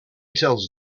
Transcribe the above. tells